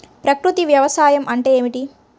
ప్రకృతి వ్యవసాయం అంటే ఏమిటి?